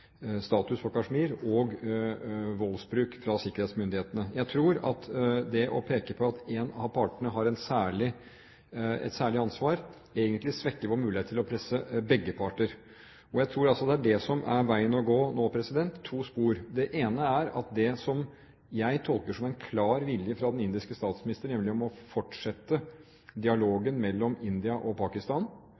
status for Kashmir og voldsbruk fra sikkerhetsmyndighetene. Jeg tror at det å peke på at en av partene har et særlig ansvar, egentlig svekker vår mulighet til å presse begge parter. Jeg tror at det som er veien å gå nå, er to spor. Det ene er at det som jeg tolker som en klar vilje fra den indiske statsministeren, nemlig å fortsette dialogen mellom India og Pakistan